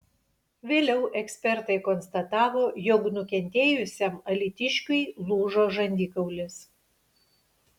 vėliau ekspertai konstatavo jog nukentėjusiam alytiškiui lūžo žandikaulis